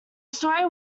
story